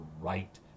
right